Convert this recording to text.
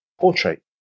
portrait